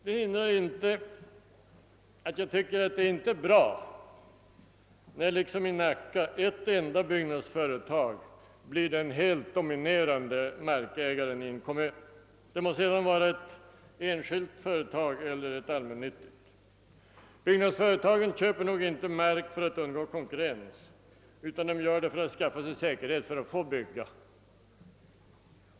Detta hindrar inte att jag inte tycker att det är bra när, såsom i Nacka, ett enda byggnadsföretag blir den helt dominerande markägaren i en kommun, oavsett om det är ett enskilt eller ett allmännyttigt företag. Byggnadsföretagen köper nog inte mark för att undgå konkurrens, utan de gör det för att skaffa sig säkerhet att kunna bygga.